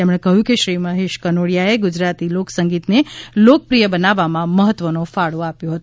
તેમણે કહયું કે શ્રી મહેશ કનોડીયાએ ગુજરાતી લોકસંગીતને લોકપ્રિય બનાવવામાં મહત્વનો ફાળો આપ્યો હતો